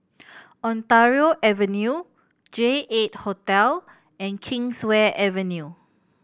Ontario Avenue J Eight Hotel and Kingswear Avenue